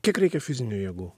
kiek reikia fizinių jėgų